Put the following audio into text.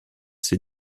ses